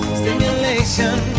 stimulation